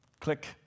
click